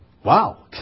Wow